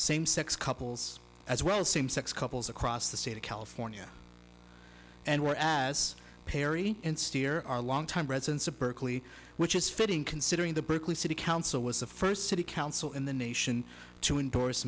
same sex couples as well same sex couples across the state of california and where as perry and steer are longtime residents of berkeley which is fitting considering the berkeley city council was the first city council in the nation to endorse